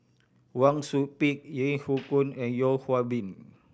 Wang Sui Pick Yeo Hoe Koon and Yeo Hwee Bin